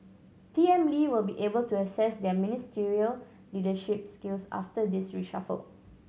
P M Lee will be able to assess their ministerial leadership skills after this reshuffle